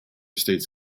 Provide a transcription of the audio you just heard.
states